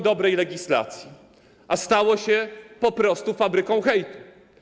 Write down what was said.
dobrej legislacji, a stało się po prostu fabryką hejtu.